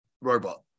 robot